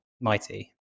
Mighty